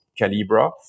Calibra